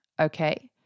Okay